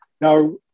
Now